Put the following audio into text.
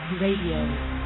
Radio